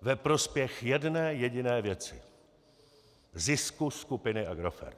ve prospěch jedné jediné věci zisku skupiny Agrofert.